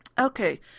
Okay